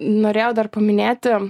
norėjau dar paminėti